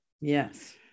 Yes